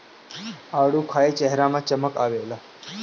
आडू खाए चेहरा में चमक आवेला